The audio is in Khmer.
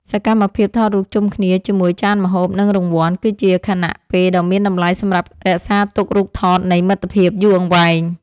សកម្មភាពថតរូបជុំគ្នាជាមួយចានម្ហូប និងរង្វាន់ គឺជាខណៈពេលដ៏មានតម្លៃសម្រាប់រក្សាទុករូបថតនៃមិត្តភាពយូរអង្វែង។